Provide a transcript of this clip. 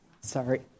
Sorry